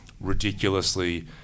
ridiculously